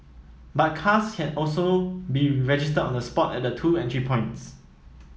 but cars can also be registered on the spot at the two entry points